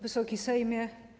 Wysoki Sejmie!